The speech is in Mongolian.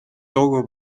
дуугүй